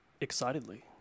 excitedly